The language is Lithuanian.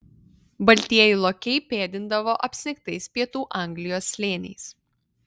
baltieji lokiai pėdindavo apsnigtais pietų anglijos slėniais